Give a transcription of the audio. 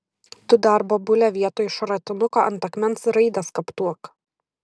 tu dar bobule vietoj šratinuko ant akmens raides skaptuok